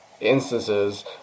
instances